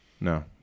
No